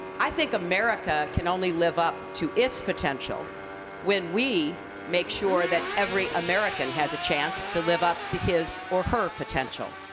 i think america can only live up to its potential when we make sure that every american has a chance to live up to his or her potential.